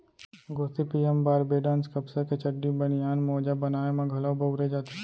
Gossypium barbadense कपसा के चड्डी, बनियान, मोजा बनाए म घलौ बउरे जाथे